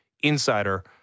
insider